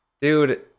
Dude